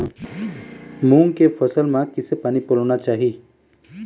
मूंग के फसल म किसे पानी पलोना चाही?